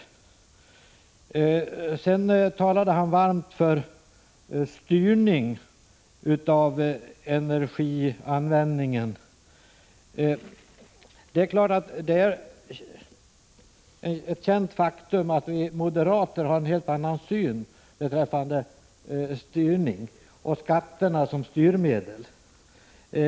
Bo Forslund talade varmt för styrning av energianvändningen. Det är ett känt faktum att vi moderater har en helt annan syn beträffande styrning och på skatterna som styrmedel.